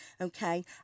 okay